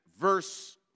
verse